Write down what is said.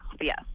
yes